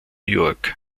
york